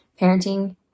Parenting